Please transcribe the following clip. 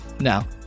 Now